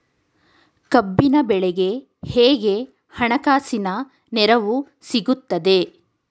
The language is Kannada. ಕಬ್ಬಿನ ಬೆಳೆಗೆ ಹೇಗೆ ಹಣಕಾಸಿನ ನೆರವು ಸಿಗುತ್ತದೆ?